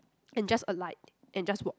and just alight and just walk